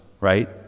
right